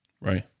right